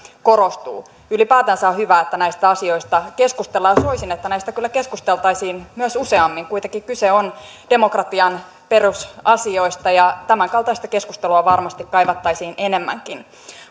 korostuu ylipäätänsä on hyvä että näistä asioista keskustellaan ja soisin että näistä kyllä keskusteltaisiin myös useammin kuitenkin kyse on demokratian perusasioista ja tämänkaltaista keskustelua varmasti kaivattaisiin enemmänkin